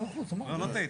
לא, לא טעית.